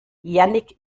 jannick